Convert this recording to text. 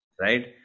Right